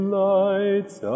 lights